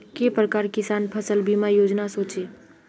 के प्रकार किसान फसल बीमा योजना सोचें?